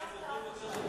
מה שהיא לא עשתה עד עכשיו.